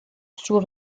sous